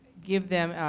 give them,